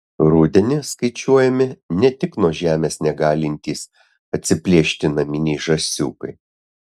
rudenį skaičiuojami ne tik nuo žemės negalintys atsiplėšti naminiai žąsiukai